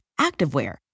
activewear